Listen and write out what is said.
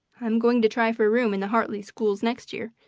i am going to try for a room in the hartley schools next year,